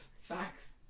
Facts